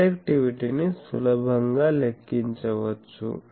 డైరెక్టివిటీని సులభంగా లెక్కించవచ్చు